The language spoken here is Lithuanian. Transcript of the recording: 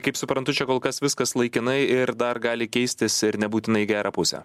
kaip suprantu čia kol kas viskas laikinai ir dar gali keistis ir nebūtinai gerą pusę